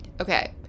Okay